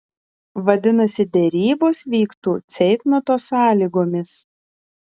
vadinasi derybos vyktų ceitnoto sąlygomis